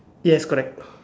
yes correct